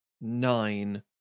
nine